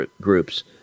groups